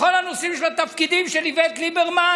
בכל הנושאים של התפקידים של איווט ליברמן,